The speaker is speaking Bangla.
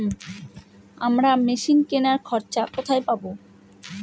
আমরা মেশিন কেনার খরচা কোথায় পাবো?